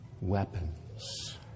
weapons